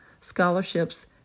scholarships